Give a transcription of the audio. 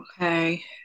Okay